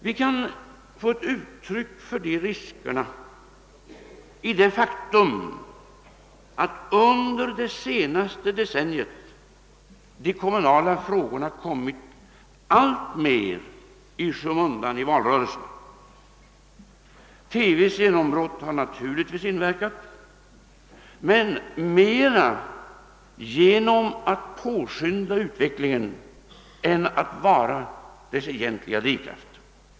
Vi kan finna ett uttryck för dessa risker i det faktum att de kommunala frågorna under det senaste decenniet kommit alltmer i skymundan i valrörelsen. TV:s genombrott har naturligtvis inverkat, men mera genom att påskynda utvecklingen än genom att vara dess egentliga drivkraft.